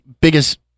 biggest